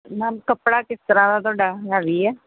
ma'am ਕੱਪੜਾ ਕਿਸ ਤਰ੍ਹਾਂ ਦਾ ਤੁਹਾਡਾ ਹੈਵੀ ਹੈ